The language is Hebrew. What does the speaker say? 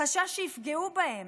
חשש שיפגעו בהם.